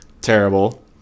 terrible